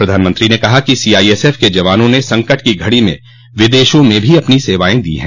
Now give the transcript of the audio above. प्रधानमंत्री ने कहा कि सीआईएसएफ के जवानों ने संकट की घड़ी में विदेशों में भी अपनी सेवाएं दी हैं